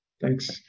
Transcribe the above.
Thanks